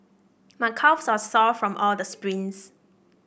my calves are sore from all the sprints